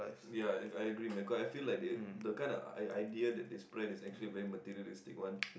ya and I agree man cause I feel like they the kind of i~ idea that they spread is actually very materialistic one